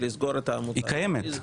לסגור את העמותה --- היא קיימת.